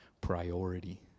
priority